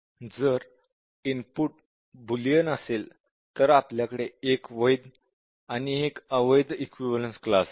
जर input Boolean असेल तर आपल्याकडे 1 वैध आणि 1 अवैध इक्विवलेन्स क्लास आहे